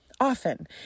often